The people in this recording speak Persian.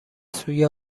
سوی